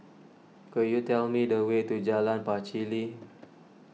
could you tell me the way to Jalan Pacheli